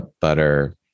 butter